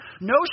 no